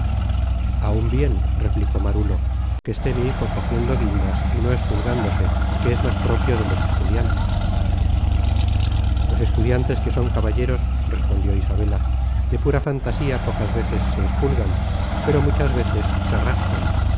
aun bien replicó marulo que esté mi hijo cogiendo guindas y nó espulgándose que es más propio de los estudiantes los estudiantes que son caballeros respondió isabela de pura fantasía pocas veces se espulgan pero muchas veces se rascan